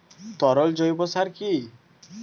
তরল জৈব সার কি?